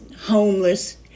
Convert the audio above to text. homeless